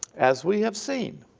as we have seen,